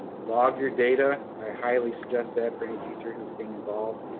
log your data. i highly suggest that for any teacher who's being involved.